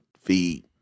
feed